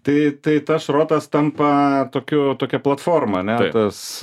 tai tai tas šrotas tampa tokiu tokia platforma ane tas